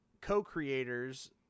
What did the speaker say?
co-creators